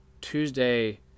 Tuesday